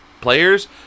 players